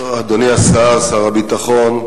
אדוני השר, שר הביטחון,